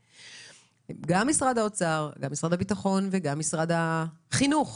גם משרד האוצר, גם משרד הביטחון וגם משרד החינוך